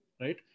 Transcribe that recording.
right